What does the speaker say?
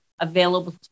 available